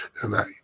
Tonight